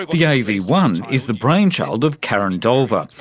the yeah a v one is the brainchild of karen dolva,